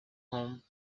home